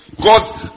God